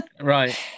Right